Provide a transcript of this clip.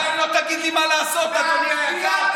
אתה לא תגיד לי מה לעשות, אדוני היקר.